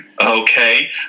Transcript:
Okay